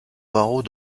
barreau